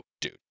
dude